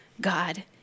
God